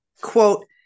quote